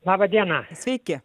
laba diena sveiki